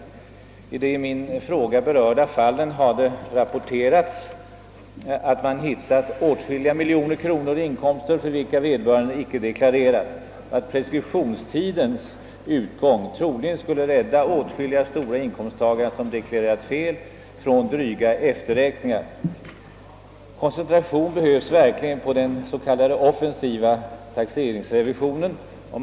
Beträffande de i min fråga berörda fallen har det rapporterats att man hittat åtskilliga miljoner kronor i inkomster, för vilka vederbörande inte har deklarerat, och att preskriptionstidens utgång troligen skulle rädda stora inkomsttagare, som deklarerat fel, från dryga efterräkningar. Koncentration behövs verkligen på den s.k. offensiva taxeringsrevisionen.